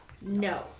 No